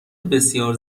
بسیار